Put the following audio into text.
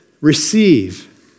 receive